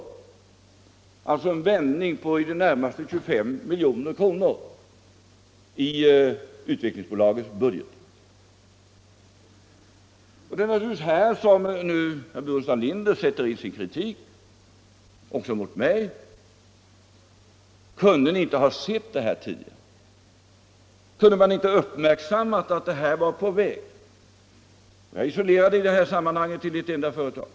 Det betydde en vändning på i det närmaste 25 milj.kr. i Utvecklingsbolagets budget. Här sätter naturligtvis herr Burenstam Linder in kritiken också mot mig: Kunde man inte tidigare ha uppmärksammat att detta var på väg? Utvecklingen var ju isolerad i detta sammanhang till ett enda företag.